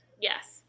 Yes